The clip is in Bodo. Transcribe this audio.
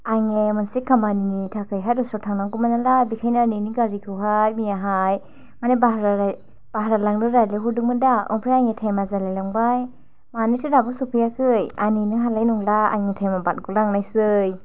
आंनि मोनसे खामानिनि थाखायहाय दस्रायाव थांनांगौमोन नालाय बिनिखायनो नोंनि गारिखौ हाय मैयाहाय माने बाह्रा लांनो रायलायहरदोंमोन दा ओमफ्राय आंनि टाइमआ जालाय लांबाय मानोथो दाबो सफैयाखै आं नेनो हालाय नंला आंनि टाइमआ बारग'लांनायसै